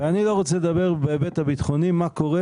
ואני לא רוצה לדבר בהיבט הביטחוני מה קורה